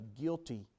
guilty